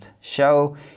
show